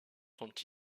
sont